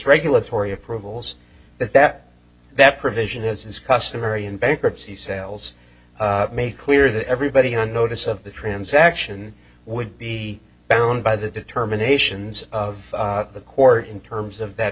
regulatory approvals that that that provision as is customary in bankruptcy sales made clear to everybody on notice of the transaction would be bound by the determinations of the court in terms of that